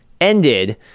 ended